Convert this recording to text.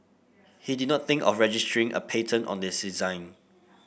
he did not think of registering a patent on this design